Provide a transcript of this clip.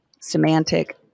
semantic